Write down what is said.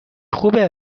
خوبه